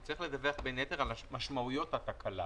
הוא צריך לדווח בין היתר על משמעויות התקלה.